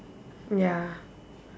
ya